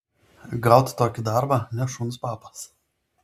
gaut tokį darbą ne šuns papas